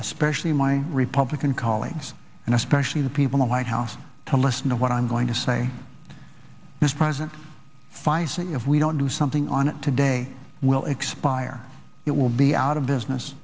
especially my republican colleagues and especially the people the white house to listen to what i'm going to say mr president facing if we don't do something on it today will expire it will be out of business